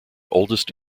oldest